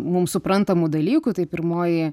mums suprantamų dalykų tai pirmoji